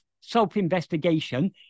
self-investigation